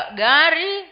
gari